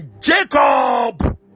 Jacob